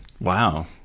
Wow